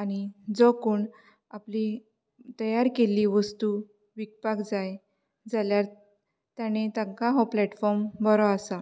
आनी जो कोण आपली तयार केल्ली वस्तू विकपाक जाय जाल्यार तांणी ताका हो प्लेटफोर्म बरो आसा